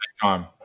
time